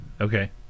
Okay